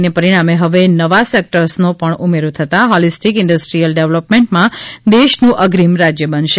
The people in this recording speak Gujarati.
ને પરિણામે હવે નવાં સેકટર્સનો પણ ઉમેરો થતાં હોલિસ્ટીક ઇન્ડસ્ટ્રીયલ ડેવલપમેન્ટમાં દેશનું અગ્રીમ રાજ્ય બનશે